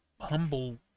humble